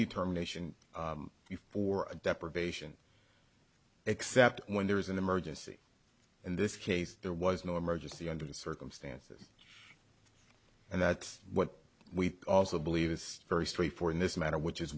determination you for a deprivation except when there is an emergency in this case there was no emergency under the circumstances and that's what we also believe is very straight for in this matter which is